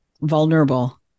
vulnerable